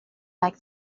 like